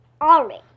Orange